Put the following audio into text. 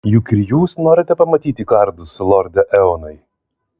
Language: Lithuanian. juk ir jūs norite pamatyti kardus lorde eonai